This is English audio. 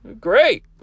Great